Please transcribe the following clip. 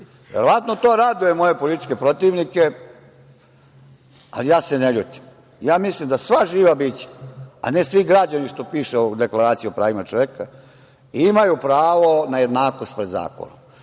lutalice. Verovatno to raduje moje političke protivnike, ali ja se ne ljutim, ja mislim da sva živa bića, a ne svi građani što piše u Deklaraciji o pravima čoveka, imaju pravo na jednakost pred zakonom.